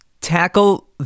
tackle